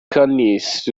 atkins